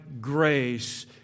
grace